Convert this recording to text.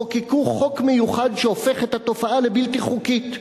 חוקקו חוק מיוחד שהופך את התופעה לבלתי-חוקית.